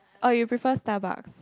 or you prefer Starbucks